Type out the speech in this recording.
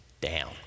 down